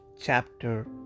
chapter